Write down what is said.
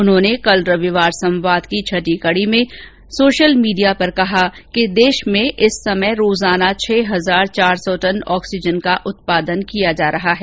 उन्होंने कल रविवार संवाद की छठी कडी में सोशल मीडिया पर कहा कि देश में इस समय रोजाना छह हजार चार सौ टन ऑक्सीजन का उत्पादन किया जा रहा है